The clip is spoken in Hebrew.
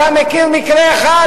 אתה מכיר מקרה אחד?